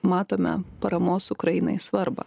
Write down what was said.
matome paramos ukrainai svarbą